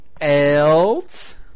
else